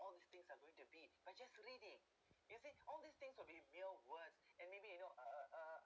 all these things are going to be by just reading you see all these things will be meal words and maybe you know uh uh